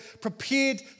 prepared